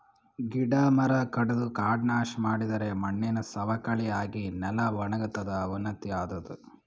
ಗಿಡ ಮರ ಕಡದು ಕಾಡ್ ನಾಶ್ ಮಾಡಿದರೆ ಮಣ್ಣಿನ್ ಸವಕಳಿ ಆಗಿ ನೆಲ ವಣಗತದ್ ಅವನತಿ ಆತದ್